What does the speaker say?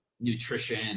nutrition